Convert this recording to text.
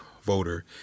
voter